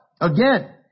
again